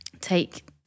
take